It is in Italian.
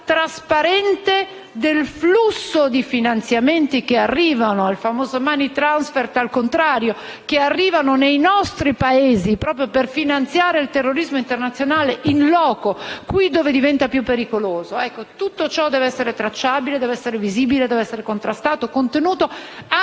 trasparente del flusso di finanziamenti che arrivano (il famoso *money transfer* al contrario) nei nostri Paesi proprio per finanziare il terrorismo internazionale *in loco*, qui dove diventa più pericoloso. Tutto ciò deve essere reso tracciabile, visibile, contrastato e contenuto anche